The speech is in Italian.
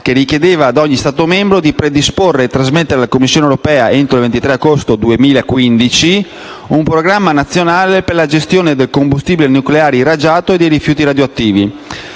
richiede che ogni Stato membro predisponga e trasmetta alla Commissione europea, entro il 23 agosto 2015, un programma nazionale per la gestione del combustibile nucleare irraggiato e dei rifiuti radioattivi;